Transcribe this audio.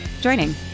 joining